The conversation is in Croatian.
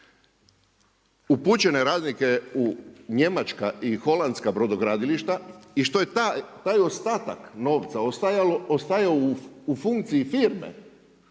upućene radnike u njemačka i holandska brodogradilišta i što je taj ostatak novca ostajao u funkciji firme,